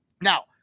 Now